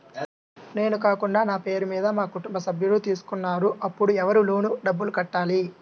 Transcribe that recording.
నేను కాకుండా నా పేరు మీద మా కుటుంబ సభ్యులు తీసుకున్నారు అప్పుడు ఎవరు లోన్ డబ్బులు కట్టాలి?